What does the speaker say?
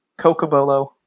cocobolo